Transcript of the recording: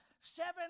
seven